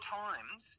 times